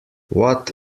what